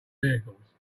vehicles